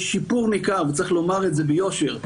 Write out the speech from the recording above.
אמנם יש שיפור ניכר וצריך לומר את זה ביושר,